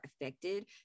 affected